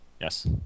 Yes